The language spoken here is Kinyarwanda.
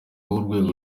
urwego